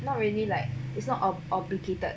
not really like it's not not obligated